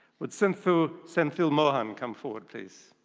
would sinthu senthillmohan come forward please?